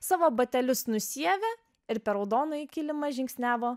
savo batelius nusiavė ir per raudonąjį kilimą žingsniavo